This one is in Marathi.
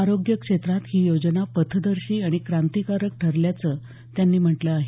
आरोग्य क्षेत्रात ही योजना पथदर्शी आणि क्रांतीकारक ठरल्याचं त्यांनी म्हटलं आहे